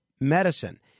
Medicine